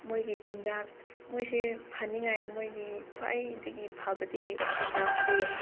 ꯃꯣꯏꯒꯤ ꯆꯤꯟꯖꯥꯛ ꯃꯣꯏꯁꯦ ꯐꯅꯤꯡꯉꯥꯏ ꯃꯈꯣꯏꯒꯤ ꯈ꯭ꯋꯥꯏꯗꯒꯤ ꯐꯕꯗꯤ ꯆꯤꯟꯖꯥꯛꯁꯦ